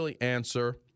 answer